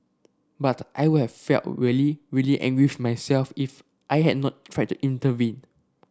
but I would have felt really really angry with myself if I had not tried to intervene